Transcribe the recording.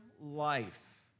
life